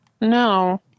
No